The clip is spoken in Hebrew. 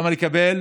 למה לקבל